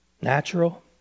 Natural